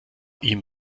ihm